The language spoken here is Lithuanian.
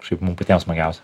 kaip mum patiem smagiausia